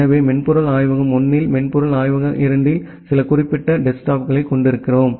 எனவே மென்பொருள் ஆய்வகம் 1 இல் மென்பொருள் ஆய்வக 2 இல் சில குறிப்பிட்ட டெஸ்க்டாப்பைக் கொண்டிருக்கிறோம்